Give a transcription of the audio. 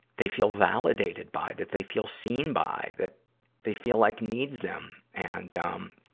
they feel validated by, that they feel seen by, that they feel, like, needs them. and, um,